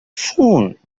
phone